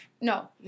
No